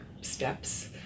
steps